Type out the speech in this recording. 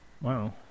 Wow